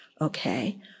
Okay